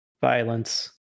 violence